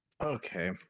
Okay